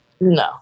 No